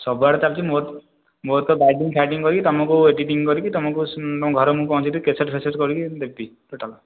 ସବୁ ଆଡ଼େ ଚାଲିଛି ମୋର ମୋର ତ ବାଇଡ଼ିଂ ଫାଇଡ଼ିଂ କରିକି ତମକୁ ଏଡ଼ିଟିଂ କରିକି ତମକୁ ତମ ଘର ମୁଁ ପହଞ୍ଚାଇଦେବି କ୍ୟାସେଟ୍ ଫ୍ୟାସେଟ୍ କରିକି ଦେବି ଟୋଟାଲ୍